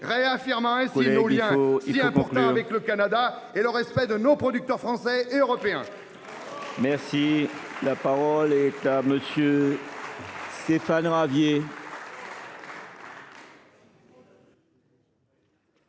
réaffirmerons ainsi nos liens si importants avec le Canada, dans le respect de nos producteurs français et européens. La parole est à M. Stéphane Ravier.